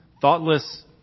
thoughtless